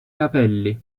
capelli